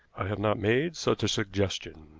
i have not made such a suggestion.